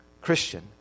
Christian